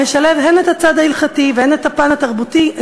המשלבת הן את הצד ההלכתי והן את הפן התרבותי-אזרחי,